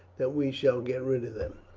that we shall get rid of them.